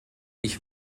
ich